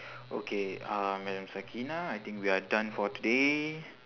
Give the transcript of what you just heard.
okay uh madam sakinah I think we are done for today